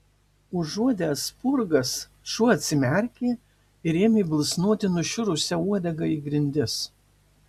užuodęs spurgas šuo atsimerkė ir ėmė bilsnoti nušiurusia uodega į grindis